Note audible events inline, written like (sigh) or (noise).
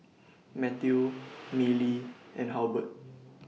Matteo (noise) Milly and Halbert